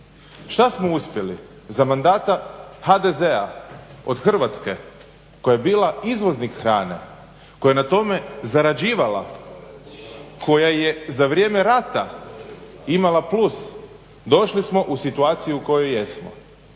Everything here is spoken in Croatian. Šta smo uspjeli za mandata HDZ-a od Hrvatske koja je bila izvoznik hrane, koja je na tome zarađivala, koja je za vrijeme rata imala plus, došli smo u situaciju u kojoj jesmo.